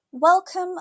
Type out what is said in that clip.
Welcome